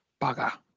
Bugger